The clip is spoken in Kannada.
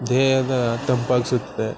ದೇಹ ತಂಪಾಗಿಸುತ್ತದೆ